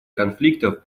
конфликтов